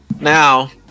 Now